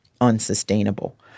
unsustainable